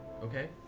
Okay